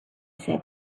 said